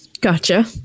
Gotcha